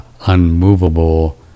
unmovable